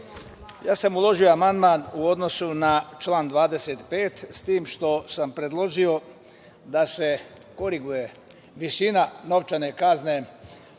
sam uložio amandman u odnosu na član 25, s tim što sam predložio da se koriguje visina novčane kazne.